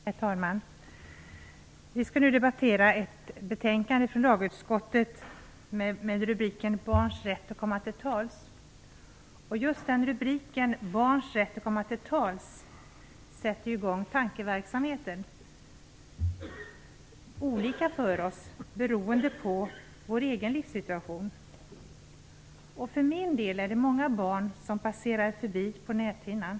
Herr talman! Vi skall nu debattera ett betänkande från lagutskottet med rubriken Barns rätt att komma till tals. Just rubriken Barns rätt att komma till tals sätter ju i gång tankeverksamheten på olika sätt beroende på vår egen livssituation. För min del är det många barn som passerar förbi på näthinnan.